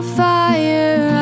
fire